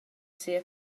sia